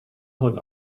hyn